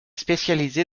spécialisé